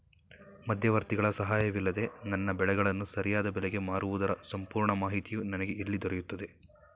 ಮಧ್ಯವರ್ತಿಗಳ ಸಹಾಯವಿಲ್ಲದೆ ನನ್ನ ಬೆಳೆಗಳನ್ನು ಸರಿಯಾದ ಬೆಲೆಗೆ ಮಾರುವುದರ ಸಂಪೂರ್ಣ ಮಾಹಿತಿಯು ನನಗೆ ಎಲ್ಲಿ ದೊರೆಯುತ್ತದೆ?